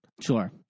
Sure